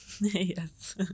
yes